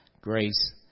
grace